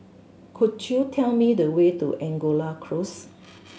could you tell me the way to Angora Close